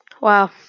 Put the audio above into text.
wow